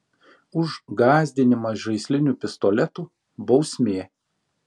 už gąsdinimą žaisliniu pistoletu bausmė